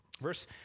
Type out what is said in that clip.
verse